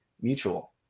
mutual